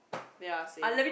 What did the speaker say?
ya same